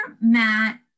Matt